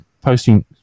posting